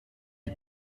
die